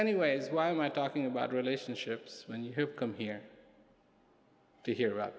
anyways why am i talking about relationships when you come here to hear about